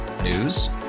News